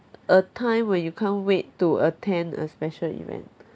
a time when you can't wait to attend a special event